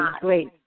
great